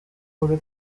muri